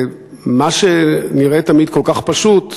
מה שנראה תמיד כל כך פשוט,